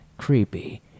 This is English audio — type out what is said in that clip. creepy